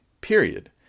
period